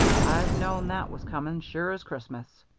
i've known that was coming sure as christmas.